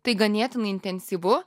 tai ganėtinai intensyvu